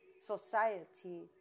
society